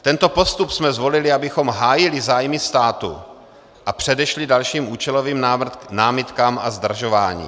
Tento postup jsme zvolili, abychom hájili zájmy státu a předešli dalším účelovým námitkám a zdržováním.